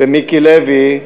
ומיקי לוי,